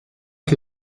que